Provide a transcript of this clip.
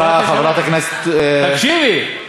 תקשיבי.